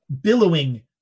Billowing